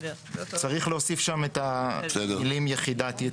צריך להוסיף שם את המילים "יחידת ייצור".